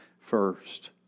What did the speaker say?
first